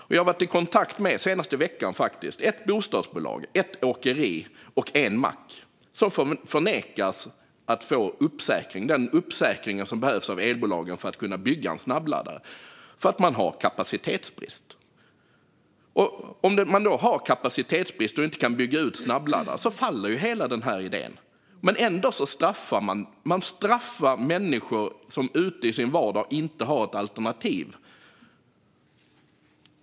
Den senaste veckan har jag varit i kontakt med ett bostadsbolag, ett åkeri och en mack som nekas att få den uppsäkring som behövs av elbolagen för att kunna bygga snabbladdare. Det är nämligen kapacitetsbrist. Om det är kapacitetsbrist och det inte går att bygga ut snabbladdare faller hela den här idén. Men ändå straffar man människor som inte har något alternativ i sin vardag.